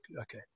Okay